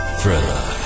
Thriller